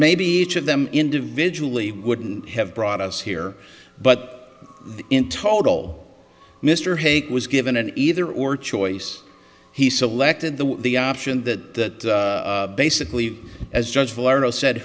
maybe each of them individually wouldn't have brought us here but in total mr hayek was given an either or choice he selected the the option that basically as judge florida said